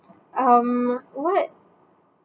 um what